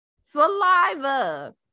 saliva